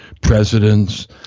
presidents